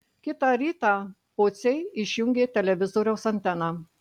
kitą rytą pociai išjungė televizoriaus anteną